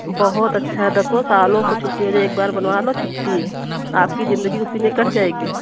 बहुत अच्छा है दसों सालों को छुट्टी हो जाए एक बार बनवा लो छुट्टी आपकी जिंदगी उसी में कट जाएगी